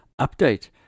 update